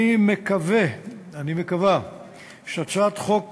אני מקווה שהצעת החוק